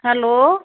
hello